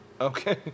Okay